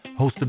hosted